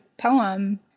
poem